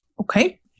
Okay